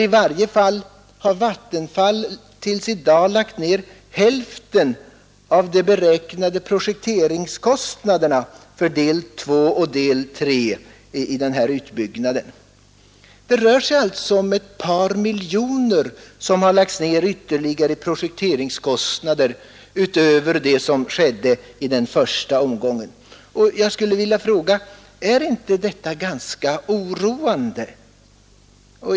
I varje fall har Vattenfall till i dag lagt ner hälften av de beräknade projekteringskostnaderna för del 2 och del 3 i utbyggnaden. Det rör sig alltså om ett par miljoner som lagts ner ytterligare i projekteringskostnader utöver vad som skedde i den första omgången. Jag skulle vilja fråga: Är detta inte ganska oroande?